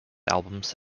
albums